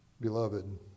Beloved